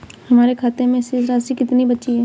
हमारे खाते में शेष राशि कितनी बची है?